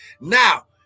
Now